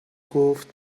گفت